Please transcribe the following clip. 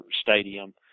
stadium